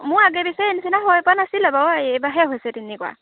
মোৰ আগে পিছে এই নিছিনা হৈ পোৱা নাছিলে বাৰু এইবাৰহে হৈছে তেনেকুৱা